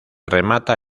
remata